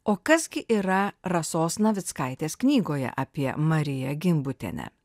o kas gi yra rasos navickaitės knygoje apie mariją gimbutienę